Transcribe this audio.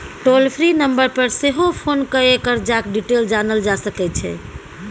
टोल free number पर सेहो phone कए करजाक डिटेल जानल जा सकै छै